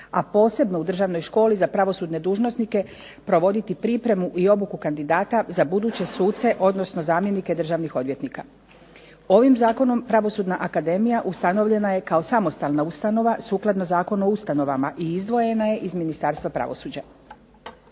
a posebno u Državnoj školi za pravosudne dužnosnike provoditi pripremu i obuku kandidata za buduće suce, odnosno zamjenike državnih odvjetnika. Ovim Zakonom Pravosudna akademija ustanovljena je kao samostalna ustanova sukladno Zakonu o ustanovama i izdvojena je iz Ministarstva pravosuđa.